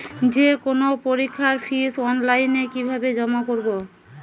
যে কোনো পরীক্ষার ফিস অনলাইনে কিভাবে জমা করব?